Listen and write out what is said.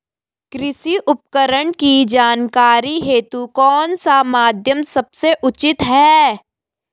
कृषि उपकरण की जानकारी हेतु कौन सा माध्यम सबसे उचित है?